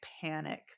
panic